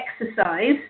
exercise